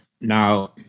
Now